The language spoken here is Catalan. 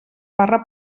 barra